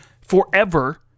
forever